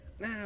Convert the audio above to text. Nah